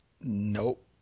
Nope